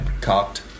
cocked